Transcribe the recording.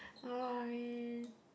no worries